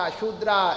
Shudra